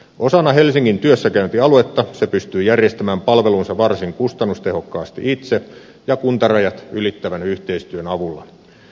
osana helsingin työssäkäyntialuetta se pystyy järjestämään palvelunsa varsin kustannustehokkaasti itse ja kuntarajat ylittävän yhteistyön avulla